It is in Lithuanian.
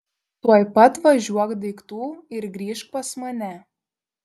tuoj pat važiuok daiktų ir grįžk pas mane